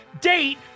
date